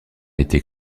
été